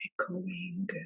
echoing